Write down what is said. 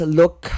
look